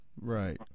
right